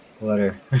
letter